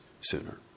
sooner